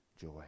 joy